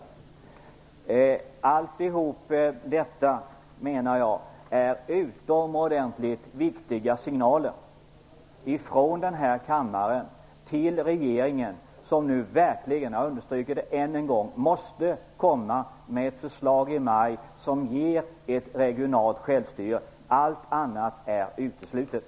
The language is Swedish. Jag menar att allt detta är utomordentligt viktiga signaler från denna kammare till regeringen som nu verkligen, jag understryker det än en gång, måste komma med ett förslag i maj som ger regionalt självstyre. Allt annat är uteslutet.